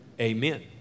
Amen